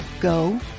go